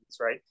right